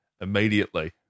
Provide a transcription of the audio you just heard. immediately